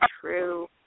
True